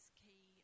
key